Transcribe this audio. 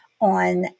on